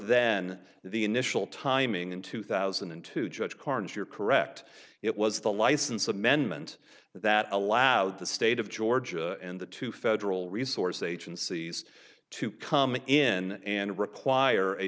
than the initial timing in two thousand and two judge carnes you're correct it was the license amendment that allowed the state of georgia and the two federal resources agencies to come in and require a